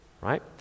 right